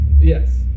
Yes